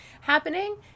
happening